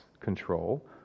control